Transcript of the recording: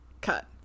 cut